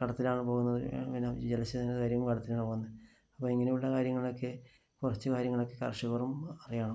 കടത്തിലാണ് പോകുന്നത് അങ്ങനെ ജലസേചന കാര്യവും കടത്തിലാണ് പോകുന്നത് അപ്പോൾ ഇങ്ങനെയുള്ള കാര്യങ്ങളൊക്കെ കുറച്ചു കാര്യങ്ങളൊക്കെ കര്ഷകരും അറിയണം